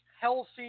healthy